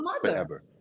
Forever